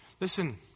Listen